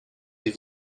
die